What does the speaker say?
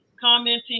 commenting